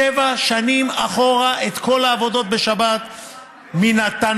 שבע שנים אחורה, את כל העבודות בשבת, מי נתן